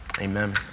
Amen